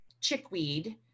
chickweed